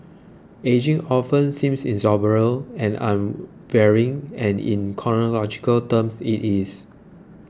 ageing often seems inexorable and unvarying and in chronological terms it is